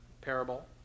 parable